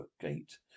gate